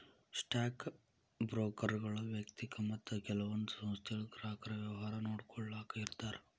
stock ಬ್ರೋಕರ್ಗಳು ವ್ಯಯಕ್ತಿಕ ಮತ್ತ ಕೆಲವೊಂದ್ ಸಂಸ್ಥೆಗಳ ಗ್ರಾಹಕರ ವ್ಯವಹಾರ ನೋಡ್ಕೊಳ್ಳಾಕ ಇರ್ತಾರ